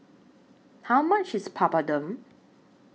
How much IS Papadum